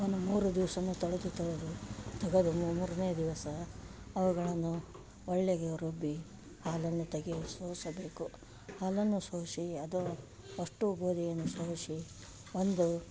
ಒಂದು ಮೂರು ದಿವ್ಸನು ತೊಳೆದು ತೊಳೆದು ತಗದು ಮೂರನೇ ದಿವಸ ಅವುಗಳನ್ನು ಒಳ್ಳೆಗೆ ರುಬ್ಬಿ ಹಾಲನ್ನು ತೆಗೆಯ ಸೋಸಬೇಕು ಹಾಲನ್ನು ಸೋಸಿ ಅದು ಅಷ್ಟು ಗೋದಿಯನ್ನು ಸೋಸಿ ಒಂದು